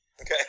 Okay